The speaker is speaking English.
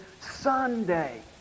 Sunday